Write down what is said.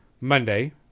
Monday